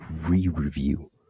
re-review